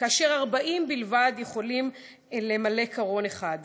כאשר 40 בלבד יכולים למלא קרון אחד,